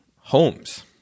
homes